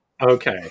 Okay